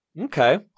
Okay